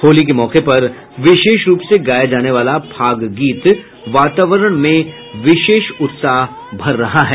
होली के मौके पर विशेष रूप से गाया जाने वाला फाग गीत वातावरण में विशेष उत्साह भर रहा है